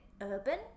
urban